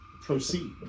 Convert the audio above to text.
proceed